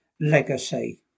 legacy